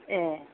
ए